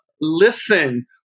listen